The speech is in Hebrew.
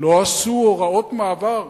לא עשו הוראות מעבר.